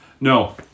No